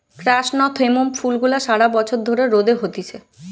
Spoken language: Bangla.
ক্র্যাসনথেমুম ফুল গুলা সারা বছর ধরে রোদে হতিছে